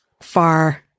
far